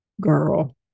girl